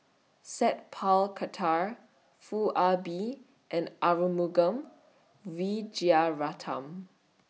Sat Pal Khattar Foo Ah Bee and Arumugam Vijiaratnam